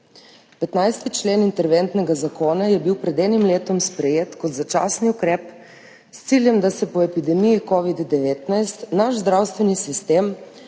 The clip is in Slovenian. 15. člen interventnega zakona je bil pred enim letom sprejet kot začasni ukrep, s ciljem, da se po epidemiji covida-19 naš zdravstveni sistem